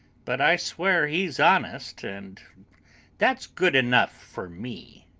but i swear he's honest and that's good enough for me.